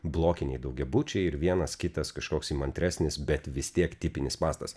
blokiniai daugiabučiai ir vienas kitas kažkoks įmantresnis bet vis tiek tipinis mastas